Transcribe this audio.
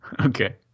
Okay